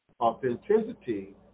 authenticity